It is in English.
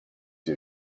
due